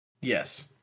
Yes